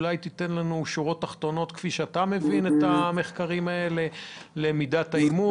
אולי תיתן לנו את השורות התחתונות של המחקרים האלה לגבי מידת האימוץ